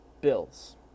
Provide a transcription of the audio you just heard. Bills